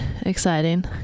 exciting